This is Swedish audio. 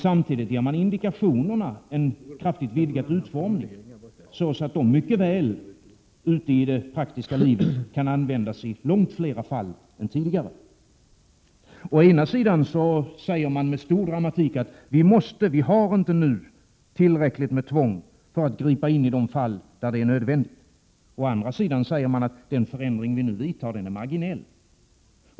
Samtidigt ges indikationerna en kraftigt utvidgad utformning, så att de mycket väl ute i det praktiska livet kan användas i långt fler fall än tidigare. Å ena sidan säger de, med stor dramatik, att vi nu inte har ett tillräckligt tvång för att gripa in i de fall där det är nödvändigt. Å andra sidan säger de att den förändring som nu vidtas är marginell.